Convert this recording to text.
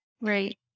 Right